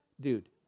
dude